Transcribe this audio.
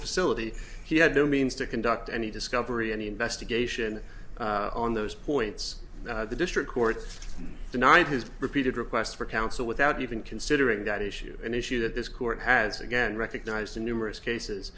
facility he had no means to conduct any discovery any investigation on those points the district court denied his repeated requests for counsel without even considering that issue an issue that this court has again recognized in numerous cases